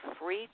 free